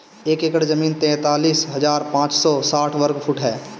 एक एकड़ जमीन तैंतालीस हजार पांच सौ साठ वर्ग फुट ह